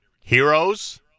Heroes